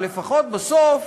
ולפחות בסוף